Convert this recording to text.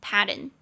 Pattern